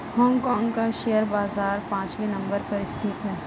Hong Kong का share बाजार पांचवे नम्बर पर स्थित है